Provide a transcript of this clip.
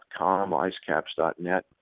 icecaps.net